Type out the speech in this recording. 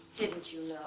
didn't you